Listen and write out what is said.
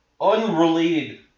Unrelated